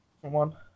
one